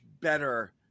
better